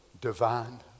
Divine